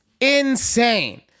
insane